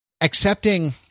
accepting –